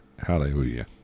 Hallelujah